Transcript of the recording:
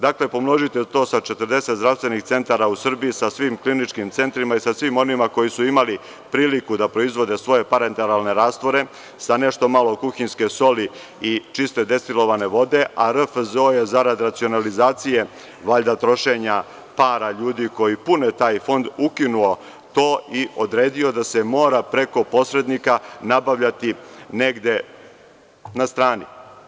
Dakle, pomnožite to sa 40 zdravstvenih centara u Srbiji sa svim Kliničkim centrima i sa svim onima koji su imali priliku da proizvode svoje parenteralne rastvore sa nešto malo kuhinjske soli i čiste destilovane vode, a RFZO je zarad racionalizacije, valjda trošenja para ljudi koji pune taj Fond, ukinuo to i odredio da se mora preko posrednika nabavljati negde na strani.